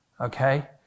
Okay